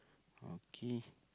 okay